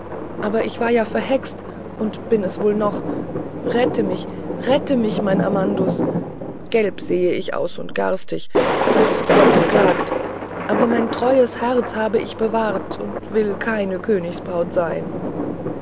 aber ich war ja verhext und bin es wohl noch rette mich rette mich mein amandus gelb seh ich aus und garstig das ist gott zu klagen aber mein treues herz habe ich bewahrt und will keine königsbraut sein